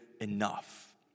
enough